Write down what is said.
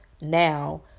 now